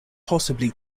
possibly